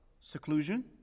seclusion